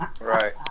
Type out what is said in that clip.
Right